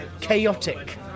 Chaotic